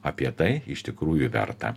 apie tai iš tikrųjų verta